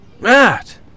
Matt